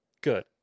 good